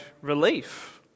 relief